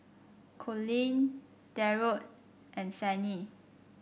Collin Darold and Sannie